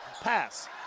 pass